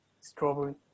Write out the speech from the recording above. strawberry